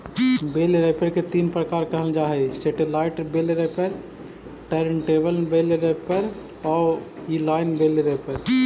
बेल wrapper के तीन प्रकार कहल जा हई satellite bale wrapper, turntable bale wrapper आउ इन लाइन बेल रैपर